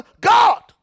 God